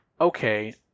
okay